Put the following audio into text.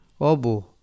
Obu